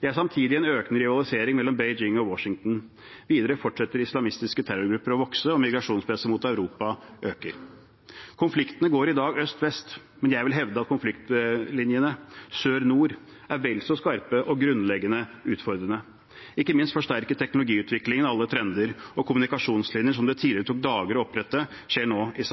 Det er samtidig en økende rivalisering mellom Beijing og Washington. Videre fortsetter islamistiske terrorgrupper å vokse, og migrasjonspresset mot Europa øker. Konfliktene går i dag øst–vest, men jeg vil hevde at konfliktlinjene sør–nord er vel så skarpe og grunnleggende utfordrende. Ikke minst forsterker teknologiutviklingen alle trender, og kommunikasjonslinjer som det tidligere tok dager å opprette, skjer nå i